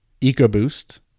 EcoBoost